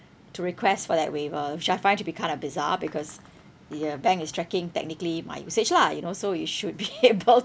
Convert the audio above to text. to request for that waiver which I find to be kind of bizarre because the bank is tracking technically my usage lah you know so you should be able